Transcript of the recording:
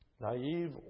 naive